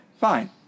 fine